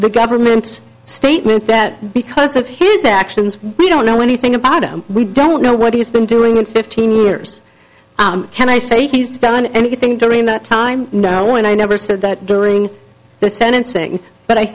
the government's statement that because of his actions we don't know anything about him we don't know what he's been doing in fifteen years can i say he's done anything during that time now and i never said that during the sentencing but i